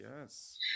yes